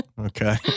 Okay